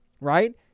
right